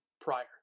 prior